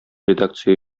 редакция